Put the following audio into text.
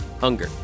Hunger